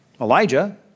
Elijah